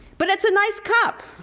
but it's a nice cup.